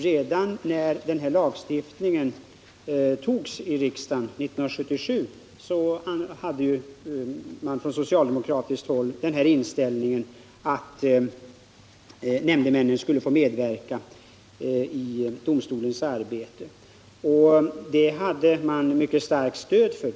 Redan när den här lagstiftningen antogs av riksdagen 1977 hade man på socialdemokratiskt håll inställningen att nämndemännen skulle få medverka i domstolens arbete på det sätt vi föreslår i vår motion. Det hade man mycket starkt stöd för.